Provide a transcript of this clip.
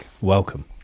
welcome